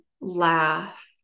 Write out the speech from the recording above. laugh